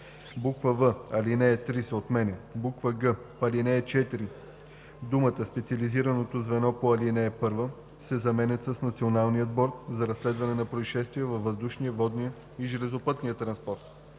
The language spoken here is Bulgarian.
в) алинея 3 се отменя; г) в ал. 4 думите „Специализираното звено по ал. 1“ се заменят с „Националният борд за разследване на произшествия във въздушния, водния и железопътния транспорт“;